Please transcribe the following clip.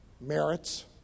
merits